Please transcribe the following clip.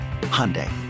Hyundai